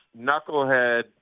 knucklehead